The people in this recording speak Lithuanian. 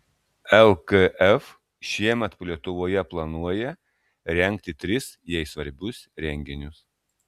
lkf šiemet lietuvoje planuoja rengti tris jai svarbius renginius